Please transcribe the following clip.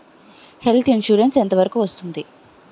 Health insurance ఎంత వరకు వస్తుంది?